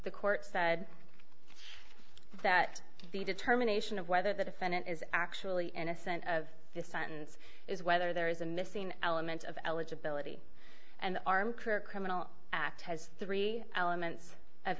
the court said that the determination of whether the defendant is actually innocent of this sentence is whether there is a missing element of eligibility and arme career criminal act has three elements of